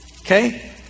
Okay